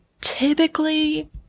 typically